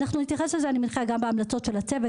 אנחנו נתייחס לזה אני מניחה גם בהמלצות של הצוות